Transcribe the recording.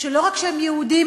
שלא רק שהם יהודים,